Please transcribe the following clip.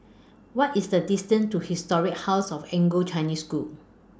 What IS The distance to Historic House of Anglo Chinese School